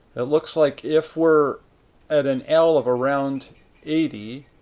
it looks like if we're at an l of around eighty,